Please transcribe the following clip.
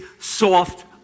soft